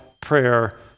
prayer